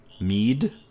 mead